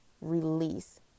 release